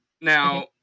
Now